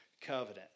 covenant